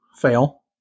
fail